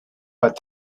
but